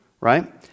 right